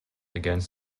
against